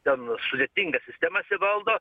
ten sudėtingas sistemas įvaldo